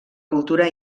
cultura